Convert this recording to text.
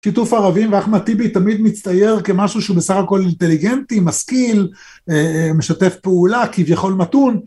שיתוף ערבים, ואחמד טיבי תמיד מצטייר כמשהו שהוא בסך הכל אינטליגנטי, משכיל, משתף פעולה, כביכול מתון.